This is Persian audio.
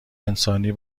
انسانی